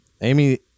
Amy